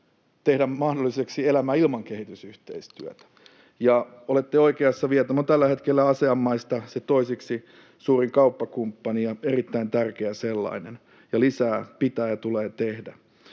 tehdä mahdolliseksi elämä ilman kehitysyhteistyötä. Ja olette oikeassa, Vietnam on tällä hetkellä Aasian maista se toiseksi suurin kauppakumppani ja erittäin tärkeä sellainen. Ja lisää pitää ja tulee tehdä.